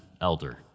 elder